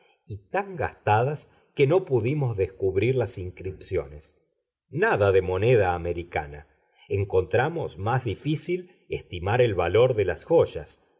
tan gastadas que no pudimos descubrir las inscripciones nada de moneda americana encontramos más difícil estimar el valor de las joyas